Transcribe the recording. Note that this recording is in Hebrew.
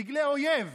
דגלי אויב,